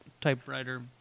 typewriter